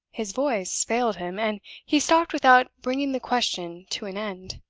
his voice failed him, and he stopped without bringing the question to an end.